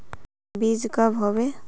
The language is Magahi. बीज कब होबे?